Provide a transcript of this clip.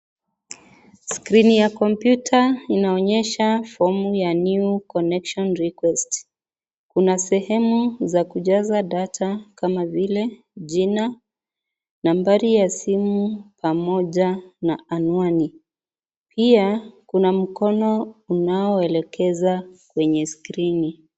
Skrini ya kompyuta inaonyesha fomu ya new connection request sehemu za kujaza (cs)data(cs) kama vile jina , nambari ya simu pamoja na anwani pia kuna mkono unaoelekeza kwenye Skrini.